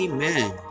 Amen